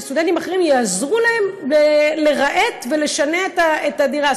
שסטודנטים אחרים יעזרו להם לרהט ולשנע את הדירה.